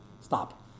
stop